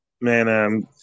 man